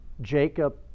Jacob